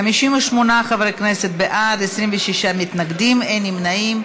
58 חברי כנסת בעד, 26 מתנגדים, אין נמנעים.